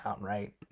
right